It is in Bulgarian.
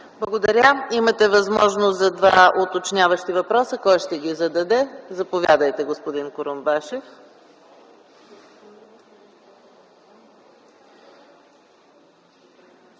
Благодаря. Имате възможност за два уточняващи въпроса. Кой ще ги зададе? Заповядайте, господин Курумбашев.